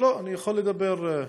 השר פה.